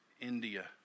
India